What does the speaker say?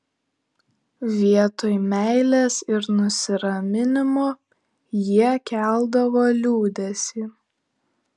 vietoj meilės ir nusiraminimo jie keldavo liūdesį